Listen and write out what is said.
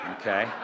okay